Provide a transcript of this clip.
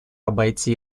обойти